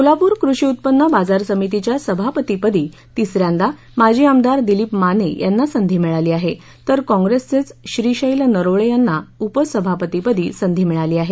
सोलापूर कृषी उत्पन्न बाजार समितीच्या सभापतीपदी तिसऱ्यांदा माजी आमदार दिलीप माने यांना संधी मिळाली आहे तर काँप्रेसचेच श्रीशैल नरोळे यांना उपसभापतीपदी संधी मिळाली आहे